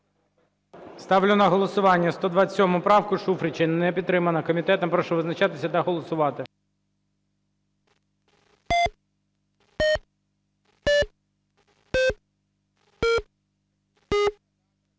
Ставлю на голосування 127 правку Шуфрича. Не підтримана комітетом. Прошу визначатися та голосувати.